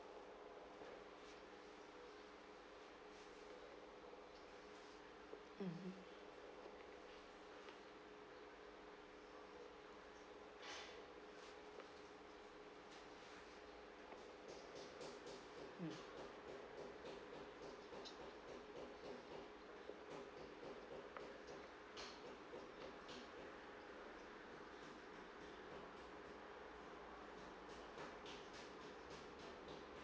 mmhmm mm